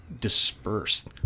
dispersed